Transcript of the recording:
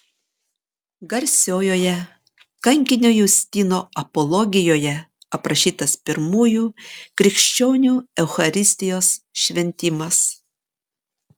garsiojoje kankinio justino apologijoje aprašytas pirmųjų krikščionių eucharistijos šventimas